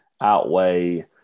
outweigh